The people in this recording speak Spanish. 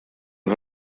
han